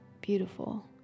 beautiful